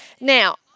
Now